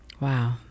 Wow